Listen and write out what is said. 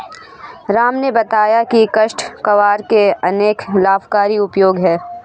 राम ने बताया की काष्ठ कबाड़ के अनेक लाभकारी उपयोग हैं